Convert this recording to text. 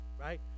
right